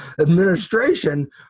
administration